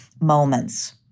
moments